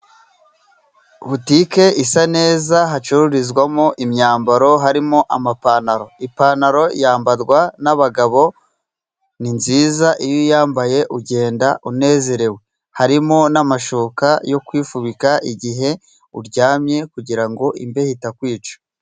Butike isa neza hacururizwamo imyambaro harimo amapantaro. Ipantaro yambarwa n'abagabo. Ni nziza iyo uyambaye ugenda unezerewe. Harimo n'amashuka yo kwifubika, igihe uryamye kugira ngo imbeho itakwica.